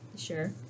sure